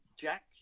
Jack